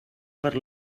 per